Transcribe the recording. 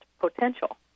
potential